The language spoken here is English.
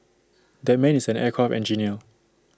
that man is an aircraft engineer